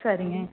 சரிங்க